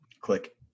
Click